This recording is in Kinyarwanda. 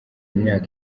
imyaka